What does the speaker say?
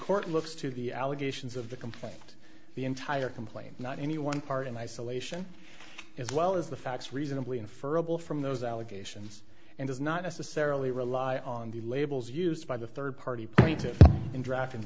court looks to the allegations of the complaint the entire complaint not any one part in isolation as well as the facts reasonably inferrable from those allegations and is not necessarily rely on the labels used by the third party plaintiffs in drafting